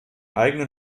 eigenen